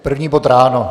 První bod ráno?